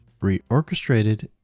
reorchestrated